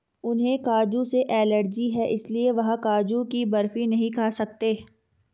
उन्हें काजू से एलर्जी है इसलिए वह काजू की बर्फी नहीं खा सकते